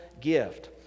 gift